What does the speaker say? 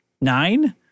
nine